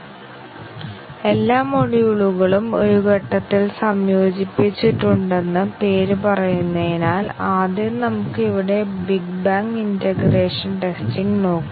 ഇവ ഒരു പ്രോഗ്രാമിലെ ചെറിയ മാറ്റങ്ങളുടെ ചില ഉദാഹരണങ്ങളാണ് അതിനെക്കുറിച്ച് ചിന്തിക്കുന്ന ഓരോ ചെറിയ മാറ്റവും യഥാർത്ഥത്തിൽ ഒരു ബഗ് ഒരു തരം ബഗ് ആണ്